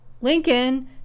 Lincoln